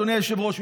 אדוני היושב-ראש,